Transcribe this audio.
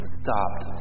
stopped